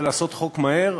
לעבוד מהר ולעשות חוק מהר,